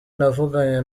navuganye